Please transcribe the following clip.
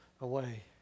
away